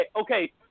okay